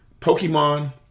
Pokemon